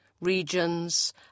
regions